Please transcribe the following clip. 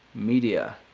media.